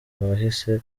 wahise